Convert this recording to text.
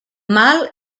mal